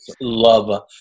love